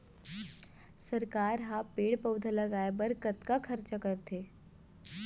सरकार ह पेड़ पउधा लगाय बर कतका खरचा करथे